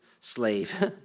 slave